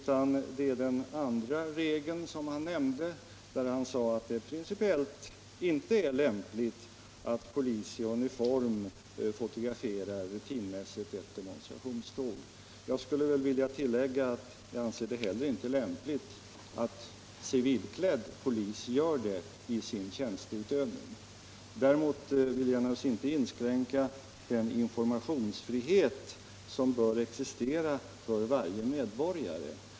Man bör i stället tillämpa den andra regeln han nämnde, nämligen att det principiellt inte är lämpligt att polis i uniform rutinmässigt fotograferar ett demonstrationståg. Jag skulle vilja tillägga att jag heller inte anser det lämpligt att civilklädd polis gör det i sin tjänsteutövning. Däremot vill jag naturligtvis inte inskränka den informationsfrihet som bör existera för varje medborgare.